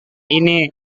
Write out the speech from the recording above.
ini